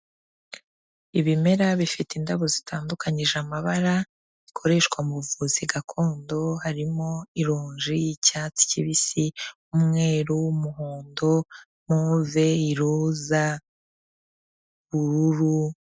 Ibimera bifite indabo zitandukanyije amabara bikoreshwa mu buvuzi gakondo, harimo ironji y'icyatsi kibisi, umweru, umuhondo, move, iroza, ubururu.